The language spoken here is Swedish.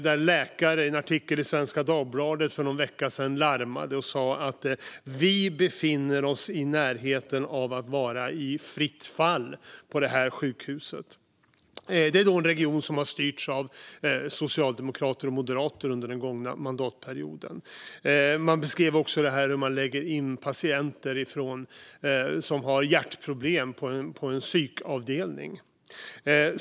För någon vecka sedan larmade läkare i en artikel i Svenska Dagbladet för att man befinner sig i närheten av att vara i fritt fall på det här sjukhuset. Det är en region som styrts av socialdemokrater och moderater under den gångna mandatperioden. Man beskrev i artikeln också hur patienter som har hjärtproblem läggs in på psykavdelning.